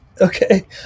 Okay